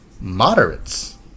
moderates